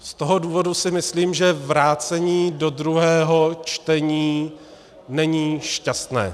Z toho důvodu si myslím, že vrácení do druhého čtení není šťastné.